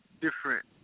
different